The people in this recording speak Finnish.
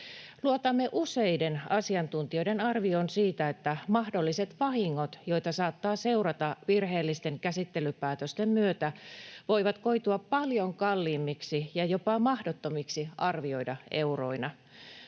Luotamme useiden asiantuntijoiden arvioon siitä, että mahdolliset vahingot, joita saattaa seurata virheellisten käsittelypäätösten myötä, voivat koitua paljon kalliimmiksi ja jopa mahdottomiksi arvioida euroina.